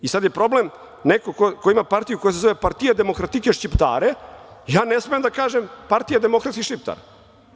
I, sada je problem neko ko ima partiju koja se zove Partija demokratike Šćiptare, ja ne smem da kažem Partija demokratskih Šiptara?